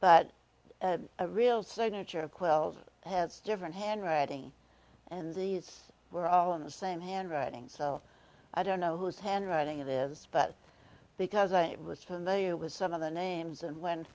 but a real signature quilt has different handwriting and these were all in the same handwriting so i don't know whose handwriting it is but because i was familiar with some of the names and when